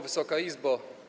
Wysoka Izbo!